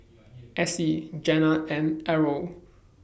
Essie Jenna and Errol